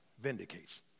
Vindicates